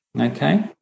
Okay